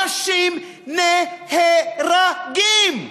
אנשים נ-ה-ר-גים.